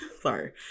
Sorry